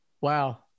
Wow